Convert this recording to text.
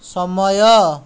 ସମୟ